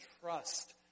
trust